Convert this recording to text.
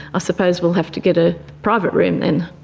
ah suppose we'll have to get a private room then'.